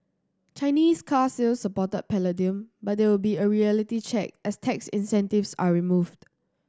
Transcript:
Chinese car sales supported palladium but there will a reality check as tax incentives are removed